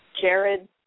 Jared